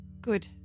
Good